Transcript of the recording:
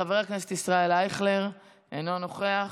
חבר הכנסת ישראל אייכלר, אינו נוכח,